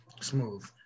Smooth